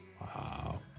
Wow